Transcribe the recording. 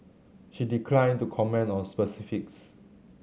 she declined to comment on specifics